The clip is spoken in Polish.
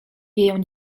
wieją